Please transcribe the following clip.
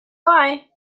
why